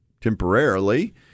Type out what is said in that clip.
temporarily